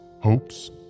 hopes